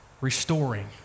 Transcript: restoring